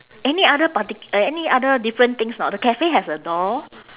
any other partic~ uh any other different things not the cafe has a door